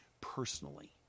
personally